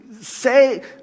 say